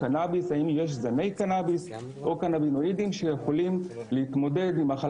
של הקופות ושל המדינה בעניין הזה לטובת מטופלים עם מגוון גדול מאוד של